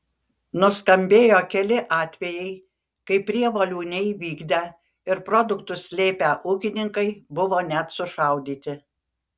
nuskambėjo keli atvejai kai prievolių neįvykdę ir produktus slėpę ūkininkai buvo net sušaudyti